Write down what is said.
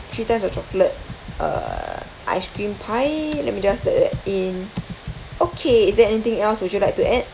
three times of chocolate err ice cream pie let me just write that in okay is there anything else would you like to add